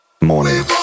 Morning